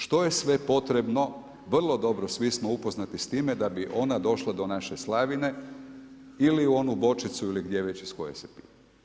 Što je sve potrebno, vrlo dobro svi smo upoznati s time da bi ona došla do naše slavine, ili u onu bočicu ili gdje već iz koje se pije?